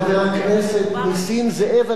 חבר הכנסת נסים זאב,